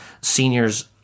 seniors